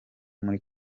muri